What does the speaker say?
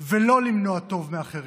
ולא למנוע טוב מאחרים,